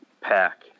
pack